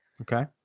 Okay